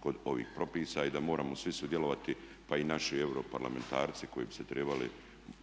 kod ovih propisa i da moramo svi sudjelovati pa i naši europarlamentarci koji bi se trebali